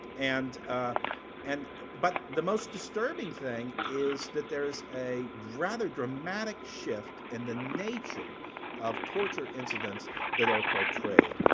and and but the most disturbing thing is that there is a rather dramatic shift in the nature of torture incidents that are portrayed.